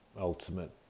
ultimate